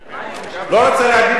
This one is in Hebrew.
אני לא רוצה להגיד לך,